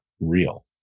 real